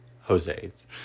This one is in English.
Jose's